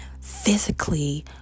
physically